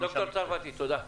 דוקטור צרפתי, תודה.